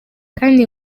kandi